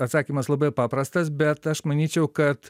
atsakymas labai paprastas bet aš manyčiau kad